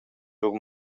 lur